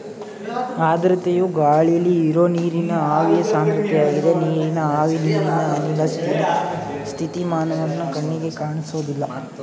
ಆರ್ದ್ರತೆಯು ಗಾಳಿಲಿ ಇರೋ ನೀರಿನ ಆವಿಯ ಸಾಂದ್ರತೆಯಾಗಿದೆ ನೀರಿನ ಆವಿ ನೀರಿನ ಅನಿಲ ಸ್ಥಿತಿ ಮಾನವನ ಕಣ್ಣಿಗೆ ಕಾಣ್ಸೋದಿಲ್ಲ